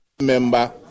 member